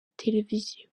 televiziyo